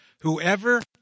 Whoever